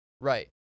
Right